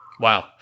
Wow